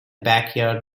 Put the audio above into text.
backyard